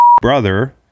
brother